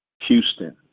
Houston